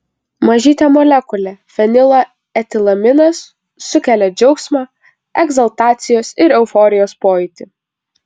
mažytė molekulė fenilo etilaminas sukelia džiaugsmo egzaltacijos ir euforijos pojūtį